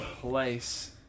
place